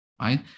right